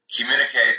communicate